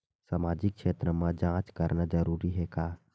सामाजिक क्षेत्र म जांच करना जरूरी हे का?